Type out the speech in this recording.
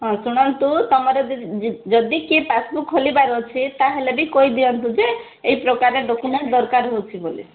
ହଁ ଶୁଣନ୍ତୁ ତୁମର ଯଦି କିଏ ପାସ୍ବୁକ୍ ଖୋଲିବାର ଅଛି ତାହେଲେ ବି କହିଦିଅନ୍ତୁ ଯେ ଏଇ ପ୍ରକାରେ ଡ଼କୁମେଣ୍ଟ ଦରକାର ହେଉଛି ବୋଲି